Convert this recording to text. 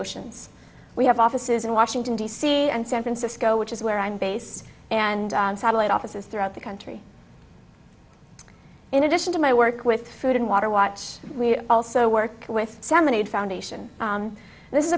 oceans we have offices in washington d c and san francisco which is where i'm based and satellite offices throughout the country in addition to my work with food and water watch we also work with salmon aid foundation this is